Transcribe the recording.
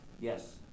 Yes